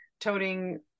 toting